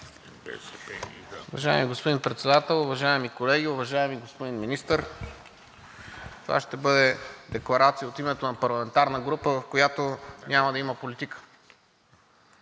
Уважаеми Господин Председател, уважаеми колеги, уважаеми господин Министър! Това ще бъде декларация от името на парламентарна група, в която няма да има политика.